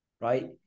right